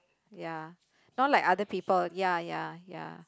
ya not like other people ya ya ya